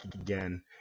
again